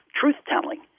truth-telling